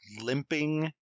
limping